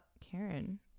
karen